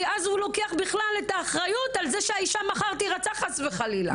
כי אז הוא לוקח בכלל את האחריות שאישה מחר תירצח חס וחלילה.